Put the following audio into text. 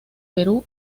perú